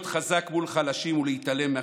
להיות חזק מול חלשים ולהתעלם מהחזקים.